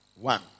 one